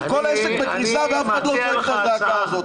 כל העסק בקריסה ואף אחד לא זועק את הזעקה הזאת.